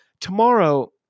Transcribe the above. tomorrow